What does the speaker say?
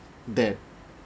that